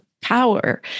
power